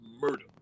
murder